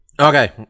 Okay